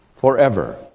forever